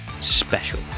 special